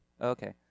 Okay